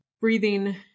breathing